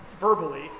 verbally